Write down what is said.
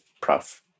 prof